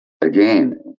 again